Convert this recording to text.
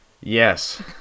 Yes